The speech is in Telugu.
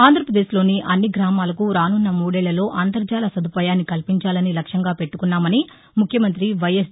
ఆంధ్రప్రదేశ్ లోని అన్ని గ్రామాలకు రానున్న మూడేళ్లలో అంతర్హల సదుపాయాన్ని కల్పించాలని లక్ష్యంగా పెట్టుకున్నామని ముఖ్యమంతి వైఎస్